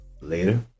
Later